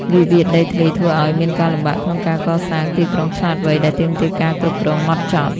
វិវាទដីធ្លីធ្វើឱ្យមានការលំបាកក្នុងការកសាង "ទីក្រុងឆ្លាតវៃ" ដែលទាមទារការគ្រប់គ្រងហ្មត់ចត់។